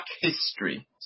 history